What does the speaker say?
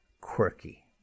quirky